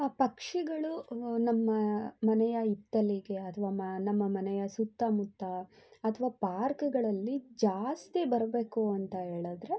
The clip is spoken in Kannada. ಪಕ್ಷಿಗಳು ಅವು ನಮ್ಮ ಮನೆಯ ಹಿತ್ತಲಿಗೆ ಅದು ನಮ್ಮ ಮನೆಯ ಸುತ್ತಮುತ್ತ ಅಥವಾ ಪಾರ್ಕ್ಗಳಲ್ಲಿ ಜಾಸ್ತಿ ಬರ್ಬೇಕು ಅಂತ ಹೇಳದ್ರೆ